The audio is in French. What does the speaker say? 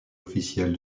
officielle